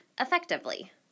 effectively